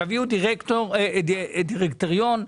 תביאו דירקטוריון,